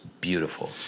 beautiful